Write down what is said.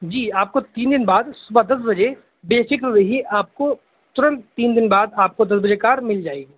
جی آپ کو تین بعد صبح دس بجے بے فکر رہئے آپ کو تورنت تین دن بعد آپ کو دس بجے کار مل جائے گی